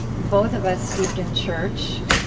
both of us steeped in church